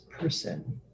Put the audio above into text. person